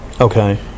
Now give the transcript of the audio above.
Okay